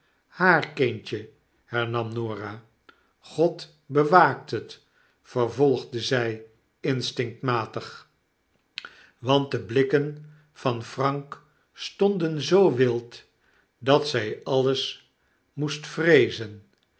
haar kindjel hernam norah grod bewaakt het vervolgde zy instinctmatig want de blikken van frank stonden zoo wild dat zij alles moest vreezen